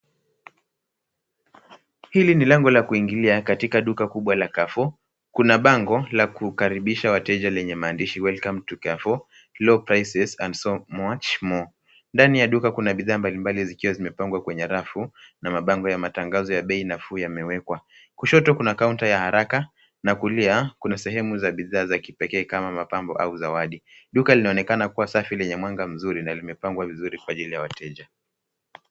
Hili ni lango la kuingilia katika duka kubwa la Carrefour. Kuna bango la kukaribisha wateja lenye maandishi: Welcome to Carrefour low prices and so much more . Ndani ya duka, kuna bidhaa mbalimbali zikiwa zimepangwa kwenye rafu na mabango ya matangazo ya bei nafuu yamekwa. Kushoto, kuna kaunta ya haraka, na kulia kuna sehemu ya bidhaa za kipekee kama mapambo au zawadi. Duka linaonekana kuwa safi na lenye mwanga mzuri na limepangwa vizuri kwa ajili ya wateja.